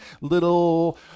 little